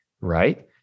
right